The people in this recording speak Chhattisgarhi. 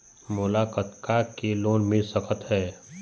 मोला कतका के लोन मिल सकत हे?